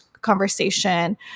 conversation